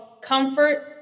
Comfort